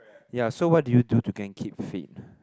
ya so what do you do to go and fit keep